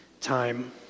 time